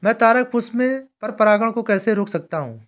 मैं तारक पुष्प में पर परागण को कैसे रोक सकता हूँ?